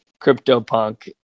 CryptoPunk